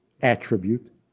attribute